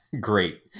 Great